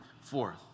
forth